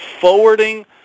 forwarding